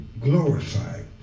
glorified